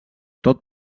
tot